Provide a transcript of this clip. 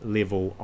level